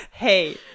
Hey